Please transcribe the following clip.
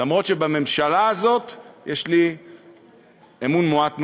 למרות שבממשלה הזאת יש לי אמון מועט מאוד.